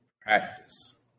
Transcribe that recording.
practice